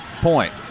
point